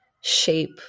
shape